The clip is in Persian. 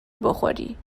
بخوری